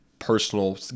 personal